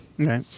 Okay